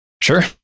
Sure